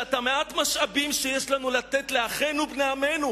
ואת מעט המשאבים שיש לנו לתת לאחינו בני עמנו